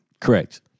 Correct